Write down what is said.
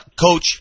Coach